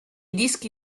dischi